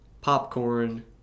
popcorn